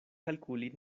kalkuli